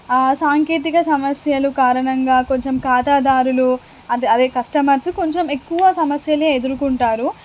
సాంకేతిక సమస్యలు కారణంగా కొంచెం ఖాతాదారులు అదె అదే కస్టమర్సు కొంచెం ఎక్కువ సమస్యలు ఎదుర్కొంటారు